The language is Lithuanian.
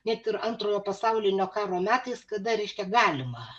net ir antrojo pasaulinio karo metais kada reiškia galima